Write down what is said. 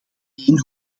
één